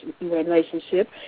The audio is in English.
relationship